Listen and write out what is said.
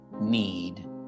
need